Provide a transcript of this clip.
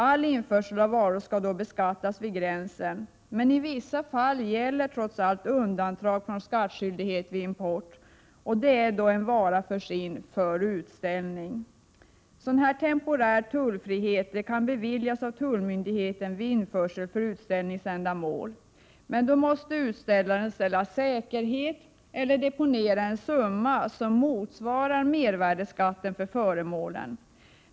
Allinförsel av varor skall då beskattas vid gränsen. I vissa fall gäller trots allt undantag från skattskyldighet vid import, och det är då en vara förs in för utställning. Sådan här temporär tullfrihet kan beviljas av tullmyndigheten vid införsel för utställningsändamål, men då måste utställaren lämna säkerhet eller deponera en summa som motsvarar mervärdeskatten för föremålen.